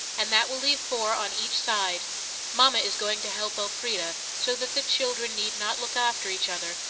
and that will leave four on each side mama is going to help elfrida, so that the children need not look after each other,